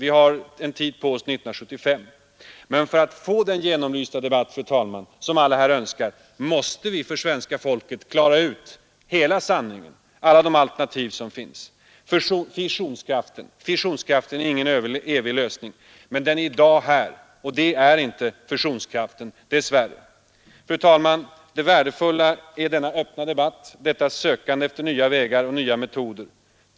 Vi har tid på oss till 1975. Men för att få den genomlysta debatt som alla här önskar, måste vi för svenska folket klara ut hela sanningen, redovisa alla de alternativ som finns. Fissionskraften är ingen evig lösning. men det är här i dag, och det är dess värre inte fusionskraften. Fru talman! Det värdefulla är denna öppna debatt, detta sökande efter nya vägar och nya metoder.